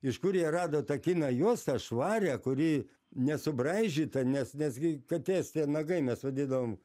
iš kur jie rado tą kiną juosta švarią kuri nesubraižyta nes nes gi katės tie nagai mes vadidavom